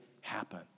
happen